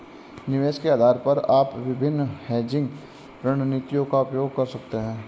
निवेश के आधार पर आप विभिन्न हेजिंग रणनीतियों का उपयोग कर सकते हैं